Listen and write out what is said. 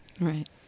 Right